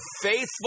faithful